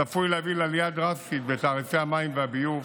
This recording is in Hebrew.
צפוי להביא לעלייה דרסטית בתעריפי המים והביוב,